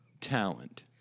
Talent